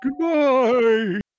Goodbye